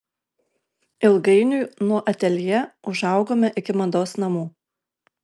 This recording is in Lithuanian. ilgainiui nuo ateljė užaugome iki mados namų